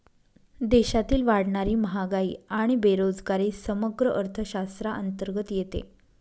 देशातील वाढणारी महागाई आणि बेरोजगारी समग्र अर्थशास्त्राअंतर्गत येते